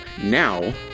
now